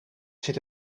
zit